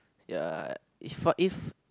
ya if what if